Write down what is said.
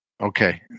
Okay